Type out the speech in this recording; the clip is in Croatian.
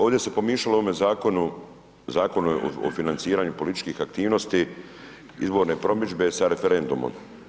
Ovdje se pomiješalo u ovome zakonu, Zakon o financiranju političkih aktivnosti, izborne promidžbe sa referendumom.